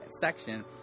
section